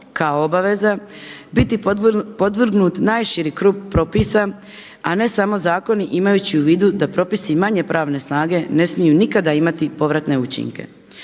kao obaveza biti podvrgnut najširi krug propisa, a ne samo zakoni imajući u vidu da propisi manje pravne snage ne smiju nikada imati povratne učinke.